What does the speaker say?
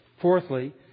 Fourthly